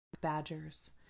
badgers